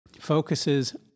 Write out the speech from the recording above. focuses